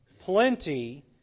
Plenty